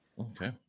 Okay